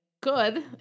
good